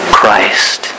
Christ